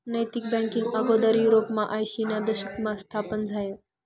नैतिक बँकींग आगोदर युरोपमा आयशीना दशकमा स्थापन झायं